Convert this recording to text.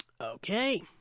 Okay